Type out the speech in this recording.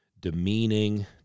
demeaning